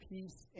Peace